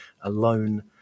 alone